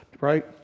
right